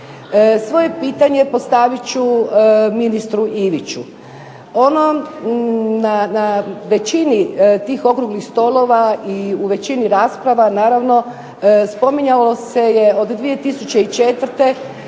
Svoje pitanje postavit ću ministru Iviću. Na većini tih okruglih stolova i u većini rasprava, naravno, spominjalo se je od 2004.